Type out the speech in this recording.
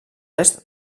est